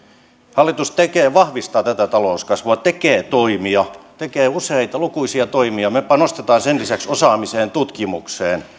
hallitus tekee ja vahvistaa tätä talouskasvua tekee toimia tekee useita lukuisia toimia me panostamme sen lisäksi osaamiseen tutkimukseen